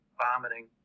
vomiting